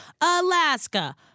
alaska